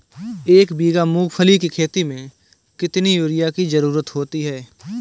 एक बीघा मूंगफली की खेती में कितनी यूरिया की ज़रुरत होती है?